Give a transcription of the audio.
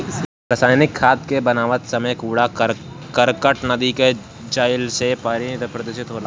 रासायनिक खाद के बनावत समय कूड़ा करकट नदी में जईला से पानी प्रदूषित होला